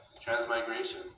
transmigration